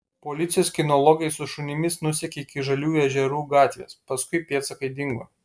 policijos kinologai su šunimis nusekė iki žaliųjų ežerų gatvės paskui pėdsakai dingo